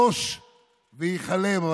בוש והיכלם.